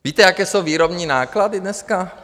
Víte, jaké jsou výrobní náklady dneska?